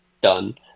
done